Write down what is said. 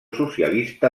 socialista